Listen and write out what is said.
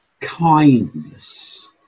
kindness